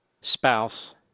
spouse